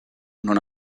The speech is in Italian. non